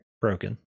broken